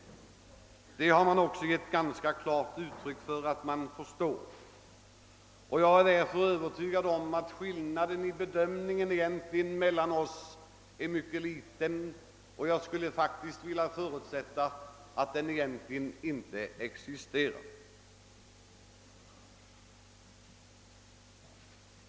De har också gett ganska klart uttryck för att de förstår detta. Jag är därför övertygad om att skillnaden i bedömningen mellan oss egentligen är mycket liten, ja, jag skulle vilja göra gällande att den inte existerar.